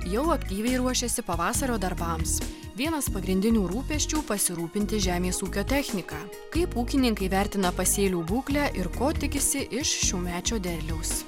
jau aktyviai ruošiasi pavasario darbams vienas pagrindinių rūpesčių pasirūpinti žemės ūkio technika kaip ūkininkai vertina pasėlių būklę ir ko tikisi iš šiųmečio derliaus